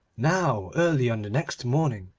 now early on the next morning,